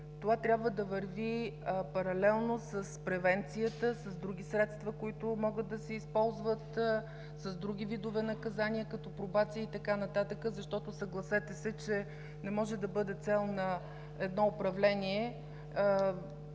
това трябва да върви паралелно с превенцията, с други средства, които могат да се използват, с други видове наказания като пробация и така нататък. Защото, съгласете се, че не може да бъде цел на едно управление